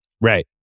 Right